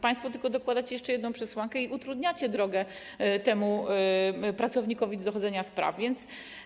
Państwo tylko dokładacie jeszcze jedną przesłankę i utrudniacie drogę temu pracownikowi do dochodzenia sprawiedliwości.